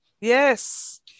yes